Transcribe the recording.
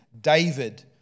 David